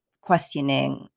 questioning